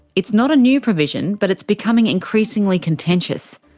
it's not a new provision, but it's become increasingly contentious.